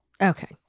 Okay